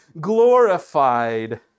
glorified